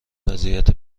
وضعیت